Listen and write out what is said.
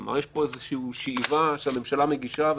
כלומר יש פה איזושהי שאיבה שהממשלה מגישה.